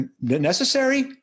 necessary